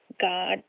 God